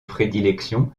prédilection